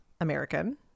American